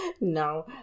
No